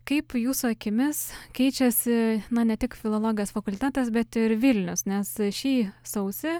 kaip jūsų akimis keičiasi ne tik filologijos fakultetas bet ir vilnius nes šį sausį